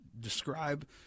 describe